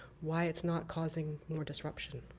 why it's not causing more disruption.